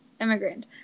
immigrant